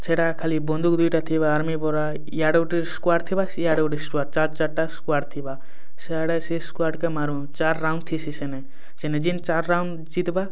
ସେଇଟା ଖାଲି ବନ୍ଧୁକ୍ ଦୁଇଟା ଥିବାର ଆର୍ମି ଇଆଡ଼େ ଗୁଟେ ସ୍କ୍ୱାଡ୍ ଥିବା ସିଆଡ଼େ ଗୁଟେ ସ୍କ୍ୱାଡ୍ ଚାର୍ ଚାର୍ଟା ସ୍କ୍ୱାଡ୍ ଥିବା ସିଆଡ଼େ ସେ ସ୍କ୍ୱାଡ୍କେ ମାରୁ ଚାର୍ ରାଉଣ୍ଡ ଥିସିସେନେ ସେନେ ଜିନ୍ ଚାର୍ ରାଉଣ୍ଡ ଜିତ୍ବା